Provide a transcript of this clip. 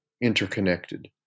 interconnected